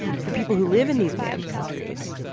for people who live in these banned countries,